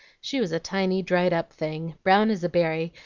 she was a tiny, dried-up thing, brown as a berry,